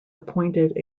appointed